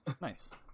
Nice